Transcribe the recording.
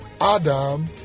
Adam